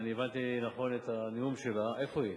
אם אני הבנתי נכון את הנאום שלה, איפה היא?